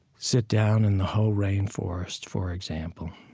sit down in the hoh rain forest, for example,